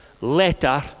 letter